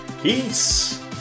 Peace